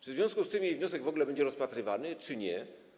Czy w związku z tym jej wniosek w ogóle będzie rozpatrywany, czy nie?